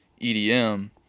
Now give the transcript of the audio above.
EDM